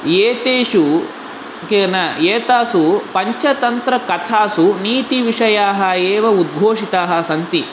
एतेषु के न एतासु पञ्चतन्त्रकथासु नीतिविषयाः एव उद्घोषिताः सन्ति